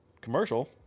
commercial